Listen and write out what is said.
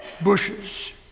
bushes